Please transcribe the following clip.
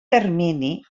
termini